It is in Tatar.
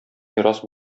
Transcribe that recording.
мирас